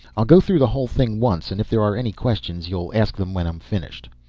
i'll go through the whole thing once and if there are any questions you'll ask them when i'm finished.